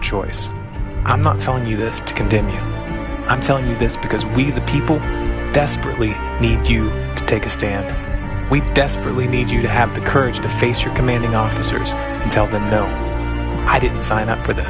a choice i'm not telling you this to continue i'm telling you this because we the people desperately need you to take a stand we desperately need you to have the courage to face your commanding officers and tell them no i didn't sign up for th